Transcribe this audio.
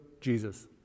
Jesus